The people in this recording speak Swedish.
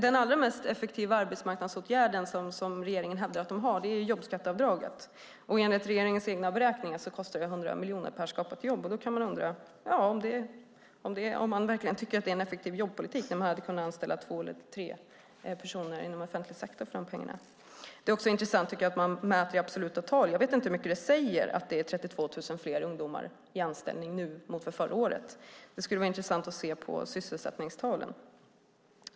Den allra mest effektiva arbetsmarknadsåtgärden som regeringen hävdar att de har är jobbskatteavdraget. Och enligt regeringens egna beräkningar kostar det 100 miljoner per skapat jobb. Då undrar jag om man verkligen tycker att det är en effektiv jobbpolitik när två eller tre personer skulle kunna anställas inom offentlig sektor för de pengarna. Det är intressant att man mäter i absoluta tal. Jag vet inte hur mycket det säger att det är 32 000 fler ungdomar i anställning nu än förra året. Det skulle vara intressant att se sysselsättningstalen.